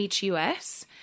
HUS